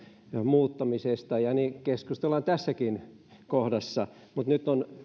muuttamisesta ja niin keskustellaan tässäkin kohdassa mutta nyt on